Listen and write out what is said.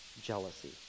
jealousy